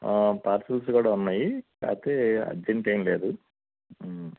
parcels కూడా ఉన్నాయి కాకపోతే అర్జెంట్ ఏంలేదు